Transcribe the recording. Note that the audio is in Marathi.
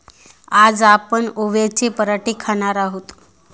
आज आपण ओव्याचे पराठे खाणार आहोत